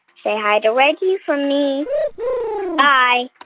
say hi to reggie for me bye